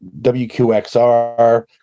WQXR